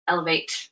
Elevate